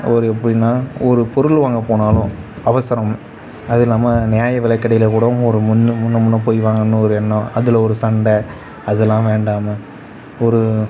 ஒரு எப்படின்னா ஒரு பொருள் வாங்க போனாலும் அவசரம் அதுவும் இல்லாமல் நியாய விலைக்கடையில் கூடவும் ஒரு முன்னே முன்னே முன்னே போய் வாங்கணுன்னு ஒரு எண்ணம் அதில் ஒரு சண்டை அதெல்லாம் வேண்டாமே ஒரு